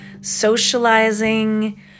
socializing